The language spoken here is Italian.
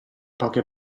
poche